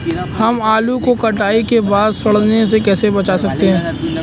हम आलू को कटाई के बाद सड़ने से कैसे बचा सकते हैं?